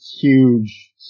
huge